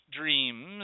Dreams